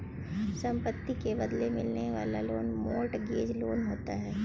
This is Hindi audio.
संपत्ति के बदले मिलने वाला लोन मोर्टगेज लोन होता है